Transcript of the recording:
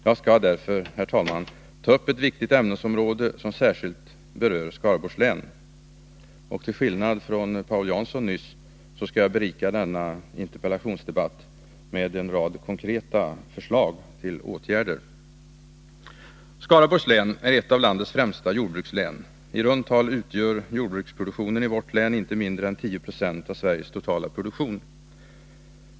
Jag skall därför, herr talman, ta upp ett viktigt ämnesområde, som särskilt berör Skaraborgs län. Och jag skall till skillnad från Paul Jansson berika denna interpellationsdebatt med en rad förslag till konkreta åtgärder. Skaraborgs län är ett av landets främsta jordbrukslän. I runt tal utgör jordbruksproduktionen i vårt län inte mindre än 10 96 av Sveriges totala produktion.